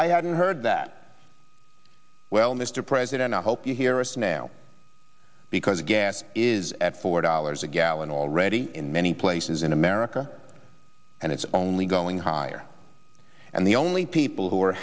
i hadn't heard that well mr president i hope you hear us now because gas is at four dollars a gallon already in many places in america and it's only going higher and the only people who are